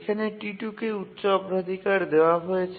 এখানে T2 কে উচ্চ অগ্রাধিকার দেওয়া হয়েছে